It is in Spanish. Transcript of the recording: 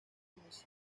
bocas